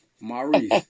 Maurice